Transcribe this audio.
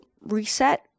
reset